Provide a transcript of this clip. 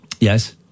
Yes